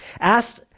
Asked